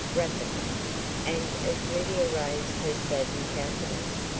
rapidly and as lydia raised her saddened countenance,